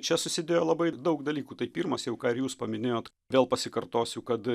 čia susidėjo labai daug dalykų tai pirmas jau ką ir jūs paminėjot vėl pasikartosiu kad